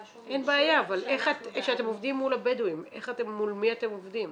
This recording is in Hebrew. שום -- אין בעיה אבל כשאתם מול הבדואים מול מי אתם עובדים?